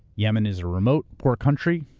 yemen is a remote, poor country.